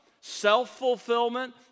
self-fulfillment